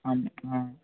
ஆமாம் ஆ